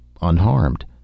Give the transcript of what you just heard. unharmed